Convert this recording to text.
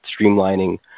streamlining